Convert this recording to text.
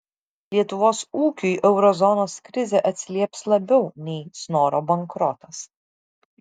lietuvos ūkiui euro zonos krizė atsilieps labiau nei snoro bankrotas